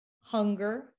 hunger